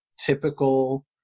typical